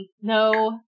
no